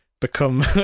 become